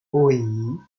oui